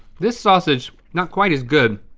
this sausage, not quite as good.